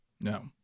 No